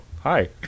hi